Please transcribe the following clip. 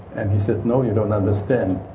and he said, no, you don't understand,